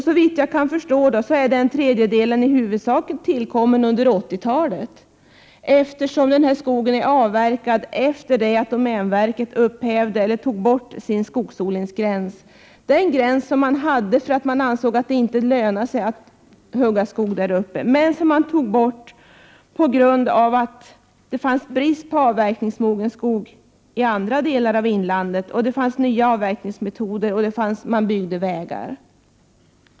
Såvitt jag kan förstå, är den tredjedelen i huvudsak tillkommen under 80-talet, eftersom skogen är avverkad efter det att domänverket tog bort sin skogsodlingsgräns. Den gränsen hade man därför att man ansåg att det inte lönade sig att hugga skog där uppe, men gränsen togs bort på grund av att det rådde brist på avverkningsmogen skog i andra delar av inlandet, att det tillkommit nya avverkningsmetoder och att man byggde vägar.